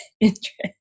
interest